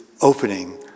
opening